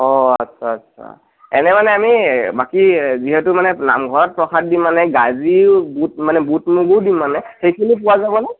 অঁ আচ্ছা আচ্ছা এনেই মানে আমি বাকী যিহেতু মানে নামঘৰত প্ৰসাদ দিম মানে গাজি বুট মানে বুট মগুও দিম মানে সেইখিনি পোৱা যাবনে